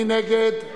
מי נגד?